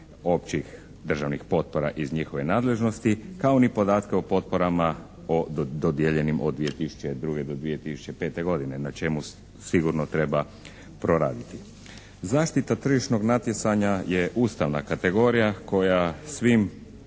općih državnih potpora iz njihove nadležnosti kao ni podatke o potporama o dodijeljenim od 2002. do 2005. godine na čemu sigurno treba proraditi. Zaštita tržišnog natjecanja je ustavna kategorija kjoja svim